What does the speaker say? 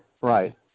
right